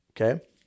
okay